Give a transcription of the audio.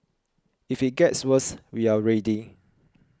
if it gets worse we are ready